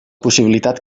possibilitat